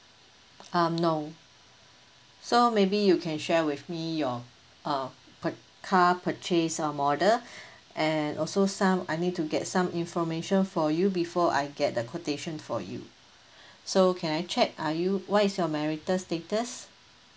um no so maybe you can share with me your uh car purchase or model and also some I need to get some information for you before I get the quotation for you so can I check are you what is your marital status